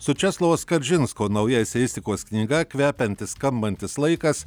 su česlovo skaržinsko nauja eseistikos knyga kvepiantis skambantis laikas